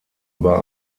über